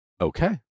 Okay